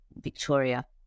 Victoria